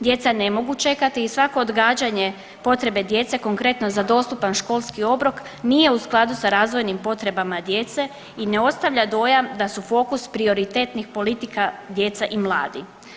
Djeca ne mogu čekati i svako odgađanje potrebe djece konkretno za dostupan školski obrok nije u skladu sa razvojnim potrebama djece i ne ostavlja dojam da su fokus prioritetnih politika djeca i mladi.